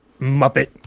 Muppet